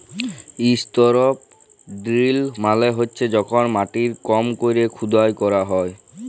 strip drill মালে হছে যখল মাটির কম ক্যরে খুদাই ক্যরা হ্যয়